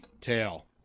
Tail